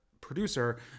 producer